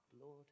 Lord